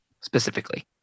specifically